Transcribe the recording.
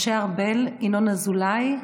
משה ארבל, ינון אזולאי,